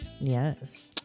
yes